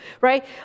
right